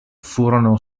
furono